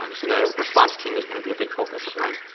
um so that response team is gonna be a big focus of mine